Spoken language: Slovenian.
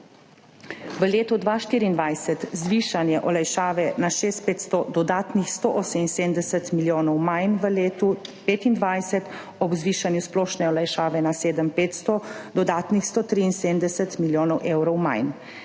v letu 2024 zvišanje olajšave na 6500 dodatnih 178 milijonov manj, v 2025 ob zvišanju splošne olajšave na 7500 dodatnih 173 milijonov evrov manj.